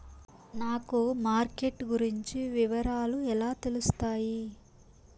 నాకు మార్కెట్ గురించి వివరాలు ఎలా తెలుస్తాయి?